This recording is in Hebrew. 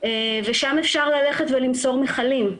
ולשם אפשר ללכת ולמסור מכלים.